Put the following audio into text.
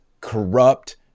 corrupt